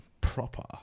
proper